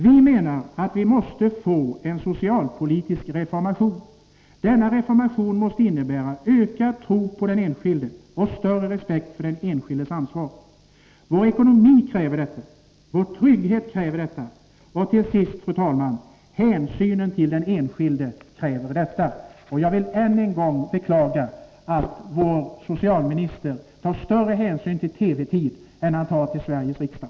Vi menar att man måste få till stånd en socialpolitisk reformation, som innebär en ökad tro på den enskilde och större respekt för den enskildes ansvar. Vår ekonomi, vår trygghet och till sist, fru talman, hänsynen till den enskilde kräver detta. Jag vill en än gång beklaga att vår socialminister tar större hänsyn till TV-tider än till Sveriges riksdag.